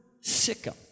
Sikkim